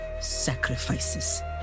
sacrifices